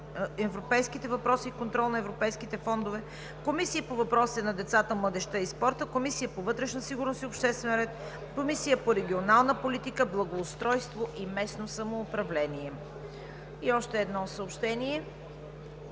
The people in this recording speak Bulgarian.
европейските въпроси и контрол на европейските фондове, Комисията по въпросите на децата, младежта и спорта, Комисията по вътрешна сигурност и обществен ред, Комисията по регионална политика, благоустройство и местно самоуправление. Заместник